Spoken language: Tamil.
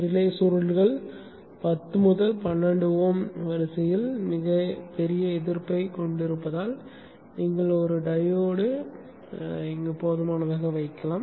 ரிலே சுருள்கள் 10 முதல் 12 Ω வரிசையில் மிகப் பெரிய எதிர்ப்பைக் கொண்டிருப்பதால் நீங்கள் ஒரு டையோடை போதுமானதாக வைக்கலாம்